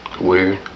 Weird